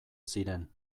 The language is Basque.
ziren